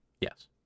yes